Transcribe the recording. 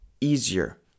easier